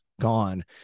gone